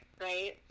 right